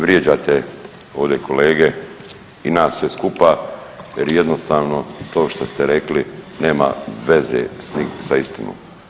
Vrijeđate ovdje kolege i nas sve skupa jer jednostavno to što ste rekli nema veze sa istinom.